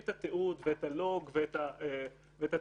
בתאגיד, לפי